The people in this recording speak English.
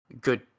Good